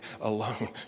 alone